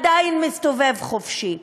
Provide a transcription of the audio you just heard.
עדיין מסתובב חופשי?